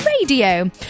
radio